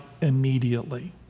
immediately